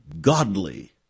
godly